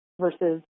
versus